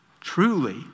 Truly